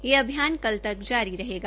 यह अभियान कल तक जारी रहेगा